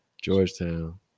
Georgetown